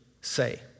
say